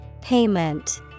Payment